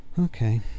okay